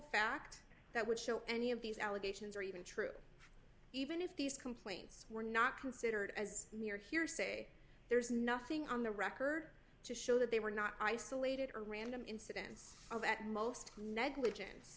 fact that would show any of these allegations are even true even if these complaints were not considered as mere hearsay there's nothing on the record to show that they were not isolated or random incidents of at most negligence